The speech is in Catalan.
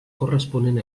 corresponent